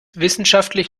wissenschaftlich